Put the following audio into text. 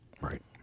Right